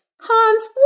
Hans